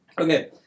Okay